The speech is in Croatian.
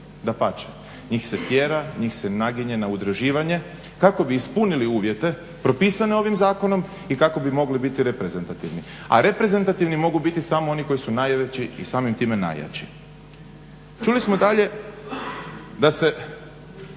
Dapače, njih se tjera, njih se naginje na udruživanje kako bi ispunili uvjete propisane ovim zakonom i kako bi mogli biti reprezentativni, a reprezentativni mogu biti samo oni koji su najveći i samim time najjači. Čuli smo dalje da smo